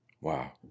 Wow